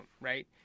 Right